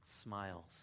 smiles